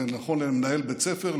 זה נכון למנהל בית ספר,